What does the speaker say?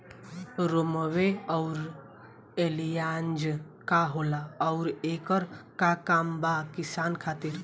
रोम्वे आउर एलियान्ज का होला आउरएकर का काम बा किसान खातिर?